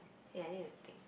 ya I need to think